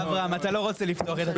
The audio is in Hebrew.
אברהם, אתה לא רוצה לפתוח את זה.